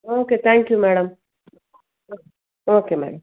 okay thank you madam okay madam